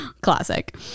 Classic